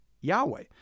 Yahweh